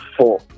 four